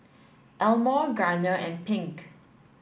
Elmore Garner and Pink